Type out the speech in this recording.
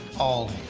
all